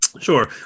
Sure